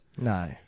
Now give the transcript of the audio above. No